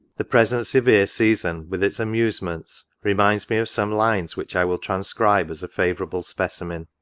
the present severe season, with its amusements, reminds me of some lines which i will trans cribe as a favourable specimen.